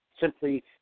simply